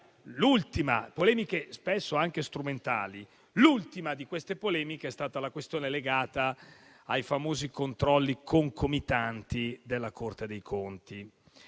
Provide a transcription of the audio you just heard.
L'ultima di queste polemiche è stata la questione legata ai famosi controlli concomitanti della Corte dei conti.